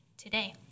Today